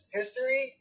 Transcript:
history